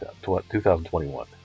2021